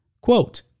Quote